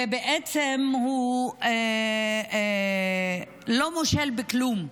ובעצם הוא לא מושל בכלום.